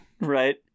Right